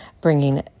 bringing